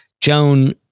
Joan